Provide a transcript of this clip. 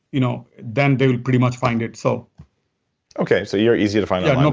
you know then they will pretty much find it so okay, so you're easy to find you know